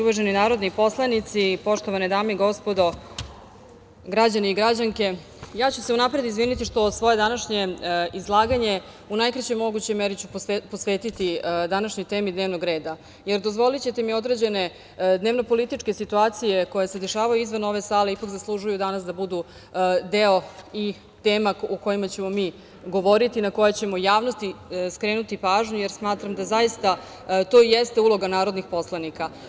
Uvaženi narodni poslanici, poštovane dame i gospodo, građani i građanke, ja ću se unapred izviniti što ću svoje današnje izlaganje u najkraćoj mogućoj meri posvetiti današnjoj temi dnevnog reda, jer, dozvolićete mi, određene dnevno- političke situacije koje se dešavaju izvan ove sale ipak zaslužuju da budu deo i tema o kojima ćemo mi govoriti, na koje ćemo u javnosti skrenuti pažnju jer smatram da zaista to jeste uloga narodnih poslanika.